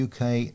UK